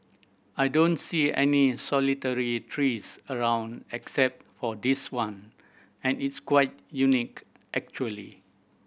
I don't see any solitary trees around except for this one and it's quite unique actually